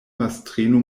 mastrino